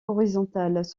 horizontales